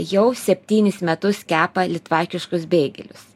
jau septynis metus kepa litvakiškus beigelius